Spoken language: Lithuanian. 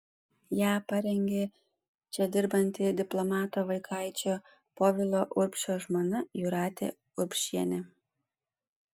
ją parengė čia dirbanti diplomato vaikaičio povilo urbšio žmona jūratė urbšienė